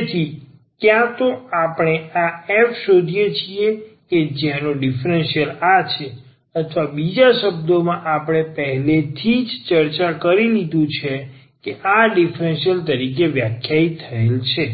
તેથી ક્યાં તો આપણે આ f શોધીએ છીએ કે જેનો ડીફરન્સીયલ આ છે અથવા બીજા શબ્દોમાં આપણે પહેલેથી જ ચર્ચા કરી લીધું છે કે આ ડીફરન્સીયલ તરીકે વ્યાખ્યાયિત થયેલ છે